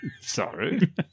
Sorry